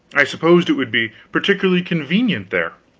i supposed it would be particularly convenient there.